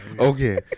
Okay